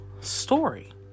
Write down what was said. story